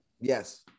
Yes